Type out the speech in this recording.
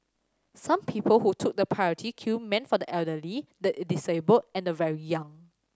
some people who took the priority queue meant for the elderly the disabled and the very young